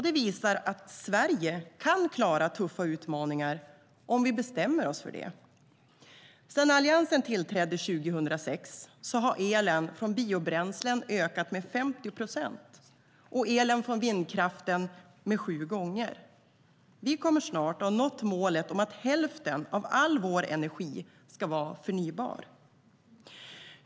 Det visar att Sverige kan klara tuffa utmaningar om vi bestämmer oss för det. Sedan Alliansen tillträdde 2006 har elen från biobränslen ökat med 50 procent och elen från vindkraften med sju gånger. Vi kommer snart att ha nått målet om att hälften av all vår energi ska vara förnybar.